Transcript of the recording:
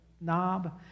knob